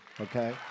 okay